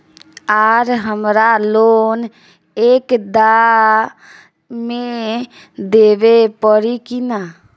आर हमारा लोन एक दा मे देवे परी किना?